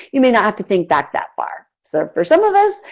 you might not have to think back that far. so for some of us,